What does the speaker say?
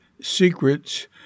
secrets